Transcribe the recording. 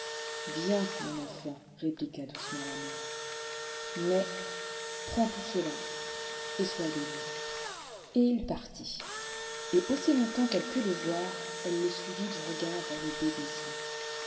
bien mon enfant répliqua doucementlamère mais prends tout cela et sois béni et il partit et aussi longtemps qu'elle put le voir elle le suivit du regard en le bénissant